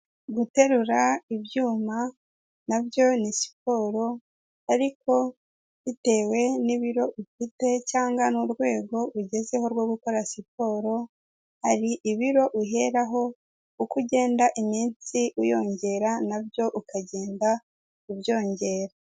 Guterura ibyuma na byo ni siporo ariko bitewe n'ibiro ufite cyangwa n'urwego ugezeho rwo gukora siporo, hari ibiro uheraho uko ugenda iminsi uyongera na byo ukagenda ubyongera.